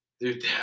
Dude